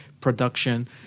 production